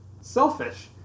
Selfish